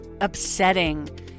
upsetting